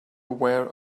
aware